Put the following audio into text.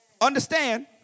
Understand